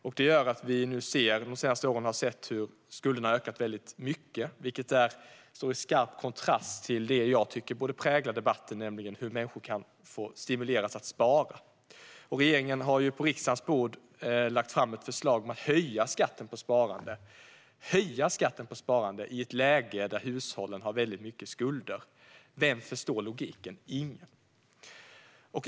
Detta gör att vi de senaste åren har sett hur skulderna har ökat väldigt mycket, vilket står i skarp kontrast till det jag tycker borde prägla debatten, nämligen hur människor kan stimuleras att spara. Regeringen har nu på riksdagens bord lagt fram ett förslag om att höja skatten på sparande - i ett läge där hushållen har väldigt mycket skulder. Vem förstår logiken? Ingen!